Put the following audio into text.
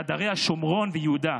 ועד הרי השומרון ויהודה,